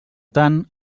tant